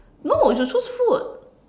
no you should choose food